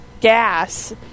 gas